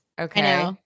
Okay